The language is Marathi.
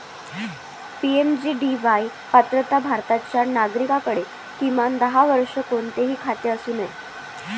पी.एम.जे.डी.वाई पात्रता भारताच्या नागरिकाकडे, किमान दहा वर्षे, कोणतेही खाते असू नये